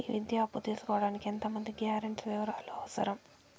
ఈ విద్యా అప్పు తీసుకోడానికి ఎంత మంది గ్యారంటర్స్ వివరాలు అవసరం?